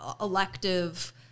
elective